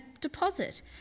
deposit